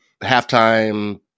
halftime